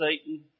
Satan